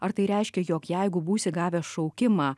ar tai reiškia jog jeigu būsi gavęs šaukimą